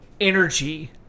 energy